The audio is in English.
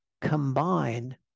combine